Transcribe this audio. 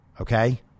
okay